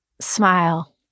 smile